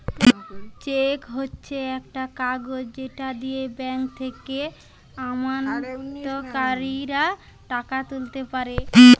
check হচ্ছে একটা কাগজ যেটা দিয়ে ব্যাংক থেকে আমানতকারীরা টাকা তুলতে পারে